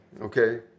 okay